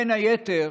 בין היתר,